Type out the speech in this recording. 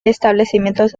establecimientos